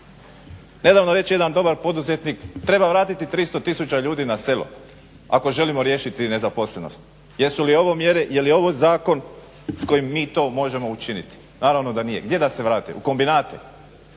Nedavno reče jedan dobar poduzetnik, treba vratiti 300 tisuća ljudi na selo ako želimo riješiti nezaposlenost. Jesu li ovo mjere, je li ovo zakon s kojim mi to možemo učiniti? Naravno da nije, gdje da se vrate, u kombinate,